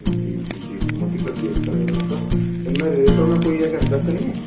जी जी जी मोती कलर भी अच्छा रहेगा उसका इनमें रेटों में कोई एक अंतर तो नहीं है